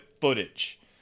footage